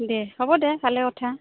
দে হ'ব দে ভালে কথা